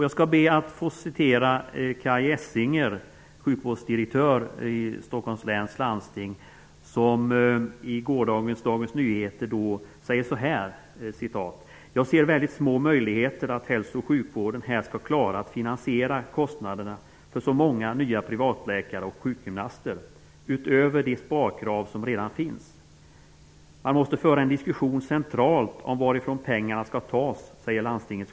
Jag skall be att få citera Kaj Essinger, sjukvårdsdirektör i Stockholms läns landsting, som i gårdagens Dagens Nyheter sade så här: ''Jag ser väldigt små möjligheter att hälso och sjukvården här ska klara att finansiera kostnaden för så många nya privatläkare och sjukgymnaster, utöver de sparkrav som redan finns. Man måste föra en diskussion centralt om varifrån pengarna ska tas.''